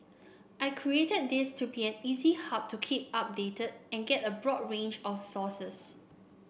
I created this to be an easy hub to keep updated and get a broad range of sources